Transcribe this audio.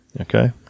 Okay